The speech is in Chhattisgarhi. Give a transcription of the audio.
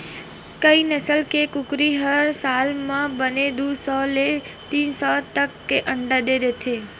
कइ नसल के कुकरी ह साल म बने दू सौ ले तीन सौ तक के अंडा दे देथे